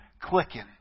clicking